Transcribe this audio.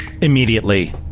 immediately